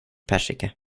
persika